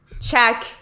check